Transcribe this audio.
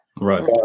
Right